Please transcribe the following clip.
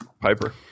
Piper